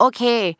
Okay